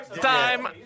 Time